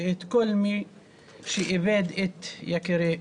ואת כל מי שאיבדו את יקיריהם.